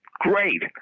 Great